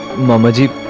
married